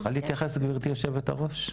אני יכול להתייחס גברתי יושבת הראש?